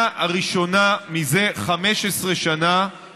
ההענקה שניתנו על ידי השר לביטחון הפנים תקפים עד סוף יוני 2018,